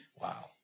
Wow